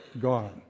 gone